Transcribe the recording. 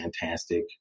fantastic